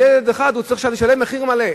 על ילד אחד הוא צריך לשלם עכשיו מחיר מלא.